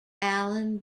alain